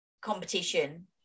competition